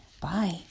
Bye